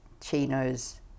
Chino's